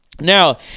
Now